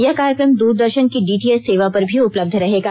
यह कार्यक्रम द्रदर्शन की डी टी एच सेवा पर भी उपलब्ध रहेगा